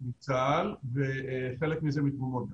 מצה"ל, וחלק מזה הוא מתרומות.